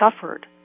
suffered